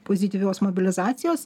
pozityvios mobilizacijos